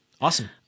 Awesome